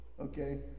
okay